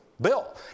Bill